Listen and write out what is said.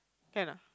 can ah